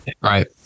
Right